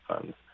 funds